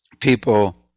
people